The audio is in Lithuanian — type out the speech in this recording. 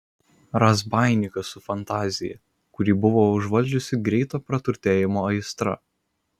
razbaininkas su fantazija kurį buvo užvaldžiusi greito praturtėjimo aistra